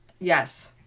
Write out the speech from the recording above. Yes